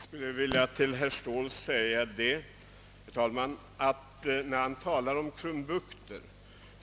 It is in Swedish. Herr talman! Jag skulle vilja säga några ord i anledning av att herr Ståhl talar om krumbukter.